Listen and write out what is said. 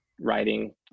writing